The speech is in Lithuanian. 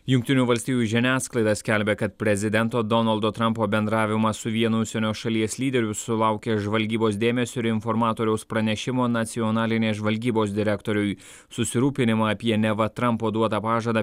jungtinių valstijų žiniasklaida skelbia kad prezidento donaldo trampo bendravimą su vienu užsienio šalies lyderiu sulaukęs žvalgybos dėmesio ir informatoriaus pranešimo nacionalinės žvalgybos direktoriui susirūpinimą apie neva trampo duotą pažadą